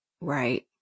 Right